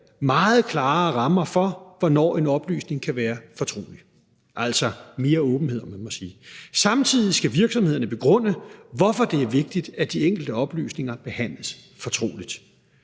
meget klarere rammer for, hvornår en oplysning kan være fortrolig – altså i forhold til mere åbenhed, om man så må sige. Samtidig skal virksomhederne begrunde, hvorfor det er vigtigt, at de enkelte oplysninger behandles fortroligt.